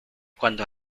cuando